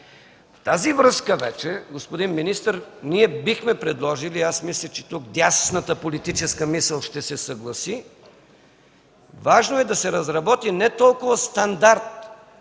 В тази връзка вече, господин министър – мисля, че тук дясната политическа мисъл ще се съгласи, важно е да се разработи не толкова стандарт